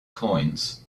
coins